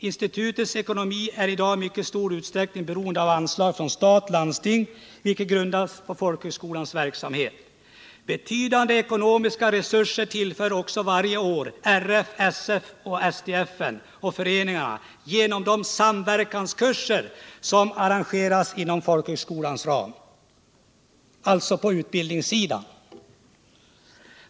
Institutets ekonomi är i dag i mycket stor utsträckning beroende av anslag från stat och landsting vilka grundas på folkhögskolans verksamhet. Betydande ekonomiska resurser tillförs också varje år RF, SF, SDF och föreningar genom de samverkanskurser som arrangeras inom folkhögskolans ram.” Detta gäller alltså utbildningssidan.